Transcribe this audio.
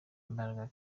imbaraga